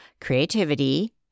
creativity